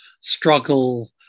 struggle